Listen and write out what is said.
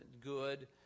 good